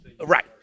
Right